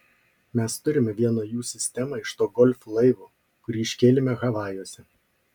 mes turime vieną jų sistemą iš to golf laivo kurį iškėlėme havajuose